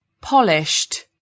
Polished